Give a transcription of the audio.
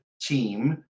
team